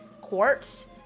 quartz